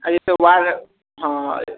एहि सभ हँ